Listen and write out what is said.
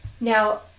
Now